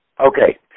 okay